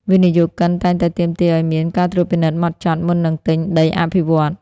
វិនិយោគិនតែងតែទាមទារឱ្យមាន "ការត្រួតពិនិត្យហ្មត់ចត់" មុននឹងទិញដីអភិវឌ្ឍន៍។